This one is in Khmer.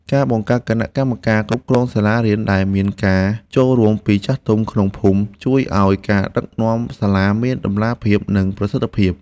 ការបង្កើតគណៈកម្មការគ្រប់គ្រងសាលារៀនដែលមានការចូលរួមពីចាស់ទុំក្នុងភូមិ ជួយឱ្យការដឹកនាំសាលាមានតម្លាភាពនិងប្រសិទ្ធភាព។